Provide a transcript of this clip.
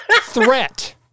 threat